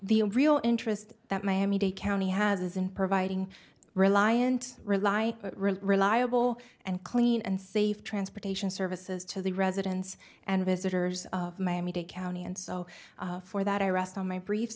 the real interest that miami dade county has is in providing reliant rely reliable and clean and safe transportation services to the residents and visitors of miami dade county and so for that i rest on my brief